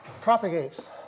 propagates